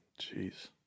Jeez